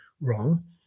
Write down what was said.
wrong